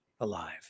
alive